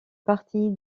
partie